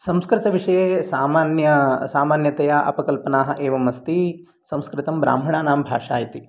संस्कृतविषये सामान्यसामान्यतया अपकल्पनाः एवम् अस्ति संस्कृतं ब्राह्मणानां भाषा इति